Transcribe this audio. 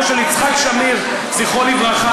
מאוד ריכוזית,